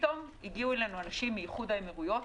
פתאום הגיעו אלינו אנשים מאיחוד האמירויות.